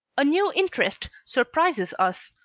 a new interest surprises us,